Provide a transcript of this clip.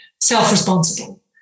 self-responsible